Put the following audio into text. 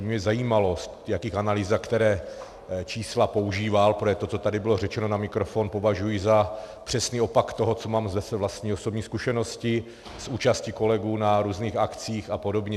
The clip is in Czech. Mě by zajímalo, v jakých analýzách, která čísla používal, protože to, co tady bylo řečeno na mikrofon, považuji za přesný opak toho, co mám ze své vlastní osobní zkušenosti s účastí kolegů na různých akcích a podobně.